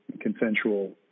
consensual